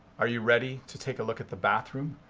are you ready to take a look at the bathroom?